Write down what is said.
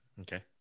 okay